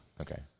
Okay